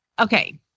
Okay